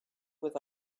with